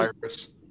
virus